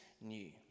new